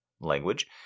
language